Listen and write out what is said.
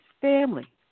family